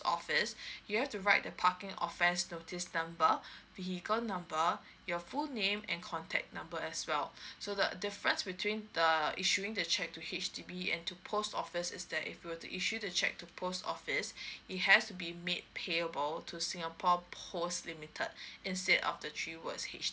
office you have to write the parking offence notice number vehicle number your full name and contact number as well so the difference between the issuing the cheque to H_D_B and to post office is that if you were to issue to cheque to post office it has to be made payable to singapore post limited instead of the three words H_